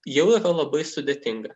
jau yra labai sudėtinga